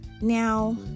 Now